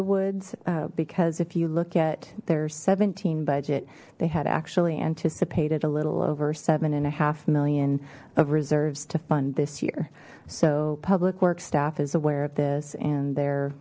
the woods because if you look at their seventeen budget they had actually anticipated a little over seven and a half million of reserves to fund this year so public works staff is aware of this and they're